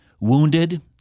wounded